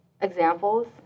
examples